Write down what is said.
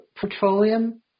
petroleum